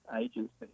Agency